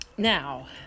Now